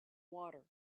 water